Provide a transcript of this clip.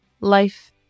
Life